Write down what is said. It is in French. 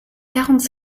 quarante